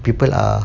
people are